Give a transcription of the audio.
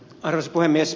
arvoisa puhemies